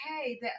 okay